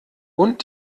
und